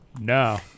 No